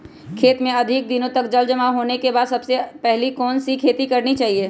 खेत में अधिक दिनों तक जल जमाओ होने के बाद सबसे पहली कौन सी खेती करनी चाहिए?